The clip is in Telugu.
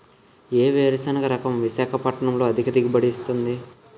ఏ వేరుసెనగ రకం విశాఖపట్నం లో అధిక దిగుబడి ఇస్తుంది?